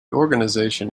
organization